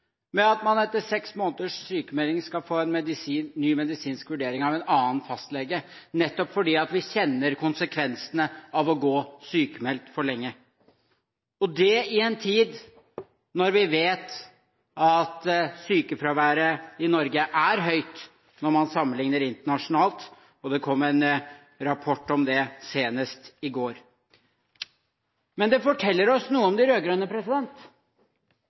med at man etter seks måneders sykmelding skal få en ny medisinsk vurdering av en annen lege, nettopp fordi vi kjenner konsekvensene av å gå sykmeldt for lenge. Dette kommer altså i en tid hvor vi vet at sykefraværet i Norge er høyt når man sammenligner med internasjonale tall, og det kom en rapport om det senest i går. Men det forteller oss noe om de